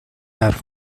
حرف